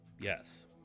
Yes